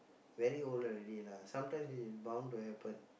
very old already lah sometimes it's bound to happen